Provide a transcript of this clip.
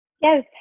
Yes